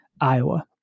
Iowa